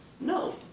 No